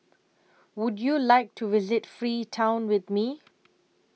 Would YOU like to visit Freetown with Me